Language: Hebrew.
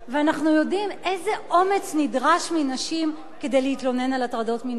ואנחנו יודעים איזה אומץ נדרש מנשים כדי להתלונן על הטרדות מיניות.